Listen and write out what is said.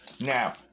now